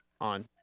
on